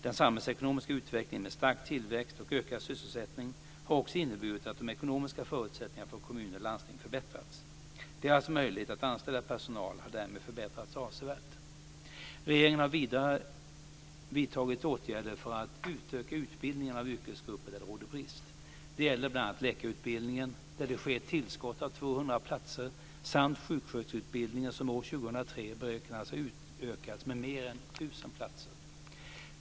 Den samhällsekonomiska utvecklingen med stark tillväxt och ökad sysselsättning har också inneburit att de ekonomiska förutsättningarna för kommuner och landsting förbättrats. Deras möjligheter att anställa personal har därmed förbättrats avsevärt. Regeringen har vidare vidtagit åtgärder för att utöka utbildningen av yrkesgrupper där det råder brist. Det gäller bl.a. läkarutbildningen, där det sker ett tillskott av 200 platser, samt sjuksköterskeutbildningen som år 2003 beräknas ha utökats med mer än 1 000 platser.